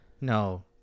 no